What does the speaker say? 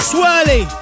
Swirly